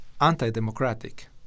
anti-democratic